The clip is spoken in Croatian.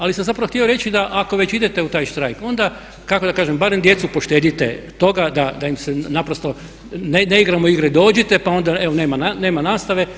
Ali sam zapravo htio reći da ako već idete u taj štrajk onda kako da kažem barem djecu poštedite toga da im se naprosto ne igramo igre dođite, pa onda evo nema nastave.